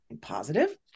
positive